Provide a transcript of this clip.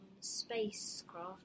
spacecraft